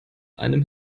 einem